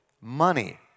money